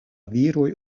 viroj